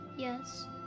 Yes